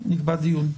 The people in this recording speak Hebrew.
נקבע דיון.